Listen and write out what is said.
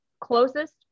closest